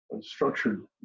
structured